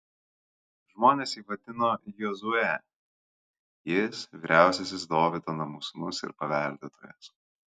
žmonės jį vadino jozue jis vyriausiasis dovydo namų sūnus ir paveldėtojas